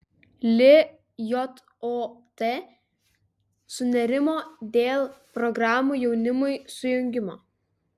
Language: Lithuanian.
lijot sunerimo dėl programų jaunimui sujungimo